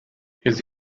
his